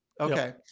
Okay